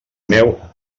meu